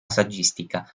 saggistica